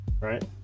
right